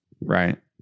Right